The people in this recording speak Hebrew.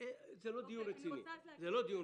זה לא דיון רציני.